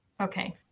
Okay